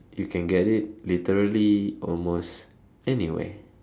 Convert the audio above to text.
you can get it literally almost anywhere